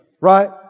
Right